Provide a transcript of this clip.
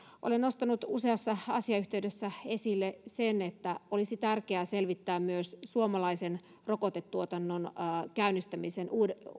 olen nostanut useassa asiayhteydessä esille sen että olisi tärkeää selvittää myös suomalaisen rokotetuotannon uudelleenkäynnistämisen